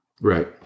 Right